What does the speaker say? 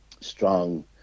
strong